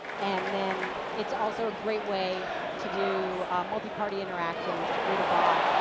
and then, it's also a great way to do multiparty interactions to create a bot,